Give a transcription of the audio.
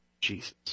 Jesus